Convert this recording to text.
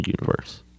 universe